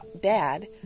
dad